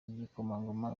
igikomangoma